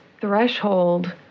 threshold